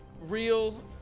Real